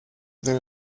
the